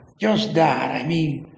just that. i mean,